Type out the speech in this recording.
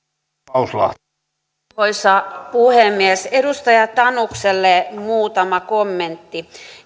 arvoisa puhemies edustaja tanukselle muutama kommentti